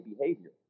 behavior